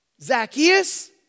Zacchaeus